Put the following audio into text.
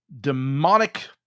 demonic